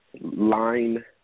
Line